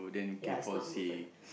ya it's not good right